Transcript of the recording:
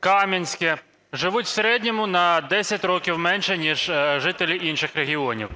Каменське, живуть в середньому на 10 років менше ніж жителі інших регіонів.